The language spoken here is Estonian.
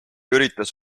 üritas